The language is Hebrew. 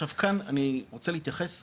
עכשיו כאן אני רוצה להתייחס,